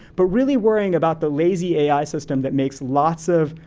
but really worrying about the lazy ai system that makes lots of,